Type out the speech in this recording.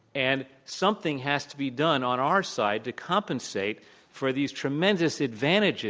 and, something has to be done on our side to compensate for these tremendous advantages,